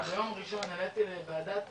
הראיתי לוועדת